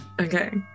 Okay